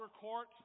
court